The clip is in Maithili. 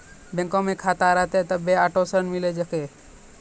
बैंको मे खाता रहतै तभ्भे आटो ऋण मिले सकै